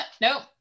nope